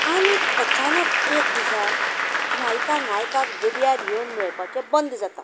आनीक अचानक एक दिसान नायिका नायकाक दर्यार येवन मेळपाचें बंद जाता